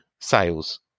sales